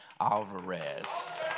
Alvarez